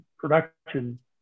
production